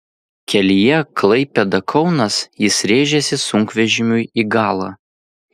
kelyje klaipėda kaunas jis rėžėsi sunkvežimiui į galą